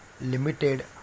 Limited